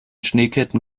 schneeketten